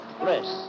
press